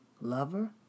lover